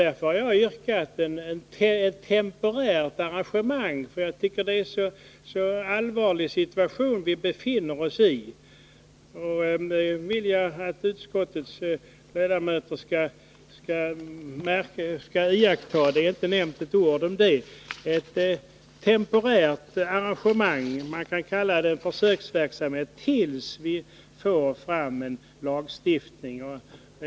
Därför har jag yrkat på ett temporärt arrangemang — det vill jag att utskottets ledamöter skall observera; det har inte nämnts ett ord om det -— tills vi får fram en lagstiftning. Jag tycker nämligen att vi befinner oss i en så allvarlig situation.